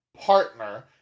partner